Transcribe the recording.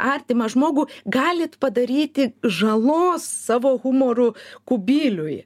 artimą žmogų galit padaryti žalos savo humoru kubiliui